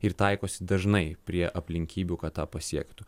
ir taikosi dažnai prie aplinkybių kad tą pasiektų